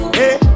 hey